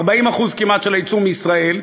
כמעט 40% של היצוא מישראל,